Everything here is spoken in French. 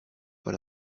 pas